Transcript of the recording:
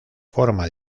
forma